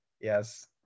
Yes